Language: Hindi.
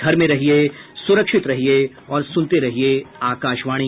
घर में रहिये सुरक्षित रहिये और सुनते रहिये आकाशवाणी